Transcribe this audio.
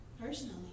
personally